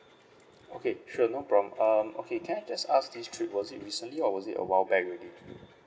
okay sure no problem um okay can I just ask this trip was it recently or was it a while back already